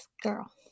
girl